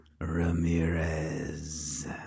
Ramirez